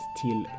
till